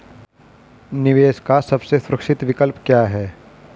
निवेश का सबसे सुरक्षित विकल्प क्या है?